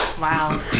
Wow